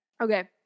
okay